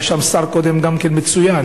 גם קודם